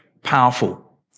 powerful